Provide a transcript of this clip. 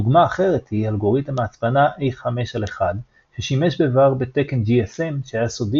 דוגמה אחרת היא אלגוריתם ההצפנה A5/1 ששימש בעבר בתקן GSM שהיה סודי